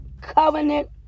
covenant